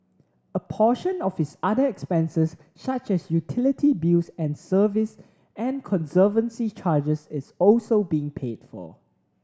a portion of his other expenses such as utility bills and service and conservancy charges is also being paid for